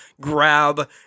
grab